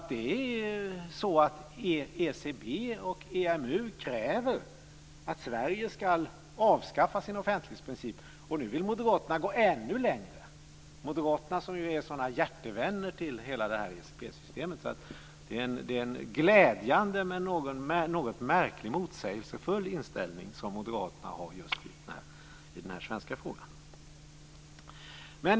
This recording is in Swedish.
Det är så att ECB coh EMU kräver att Sverige ska avskaffa sin offentlighetsprincip. Och nu vill moderaterna gå ännu längre - moderaterna som ju är sådana hjärtevänner till hela ECB-systemet. Det är en glädjande men något märklig motsägelsefull inställning som moderaterna har just i den svenska frågan.